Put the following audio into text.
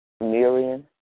Miriam